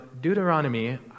Deuteronomy